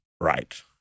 right